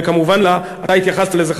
וכמובן אתה התייחסת לזה,